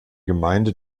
gemeinde